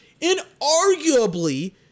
inarguably